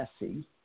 messy